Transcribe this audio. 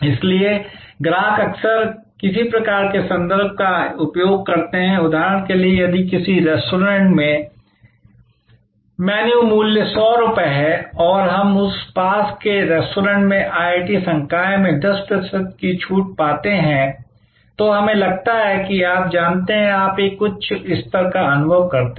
इसलिए ग्राहक अक्सर किसी प्रकार के संदर्भ का उपयोग करते हैं उदाहरण के लिए यदि किसी रेस्तरां में मेनू मूल्य 100 है और हम पास के रेस्तरां में IIT संकाय में 10 प्रतिशत की छूट पाते हैं तो हमें लगता है कि आप जानते हैं आप एक उच्च स्तर का अनुभव करते हैं